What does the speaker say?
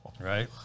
Right